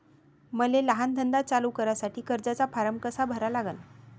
मले लहान धंदा चालू करासाठी कर्जाचा फारम कसा भरा लागन?